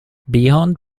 beyond